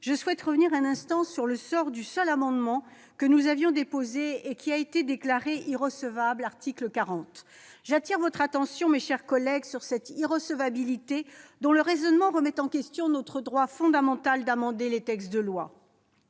je souhaite revenir un instant sur le sort du seul amendement que nous avions déposé et qui a été déclaré irrecevable au titre de l'article 40 de la Constitution. J'attire votre attention, mes chers collègues, sur cette irrecevabilité et sur un raisonnement qui remet en question notre droit fondamental d'amender les textes de loi.